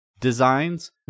designs